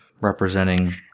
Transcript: representing